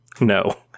No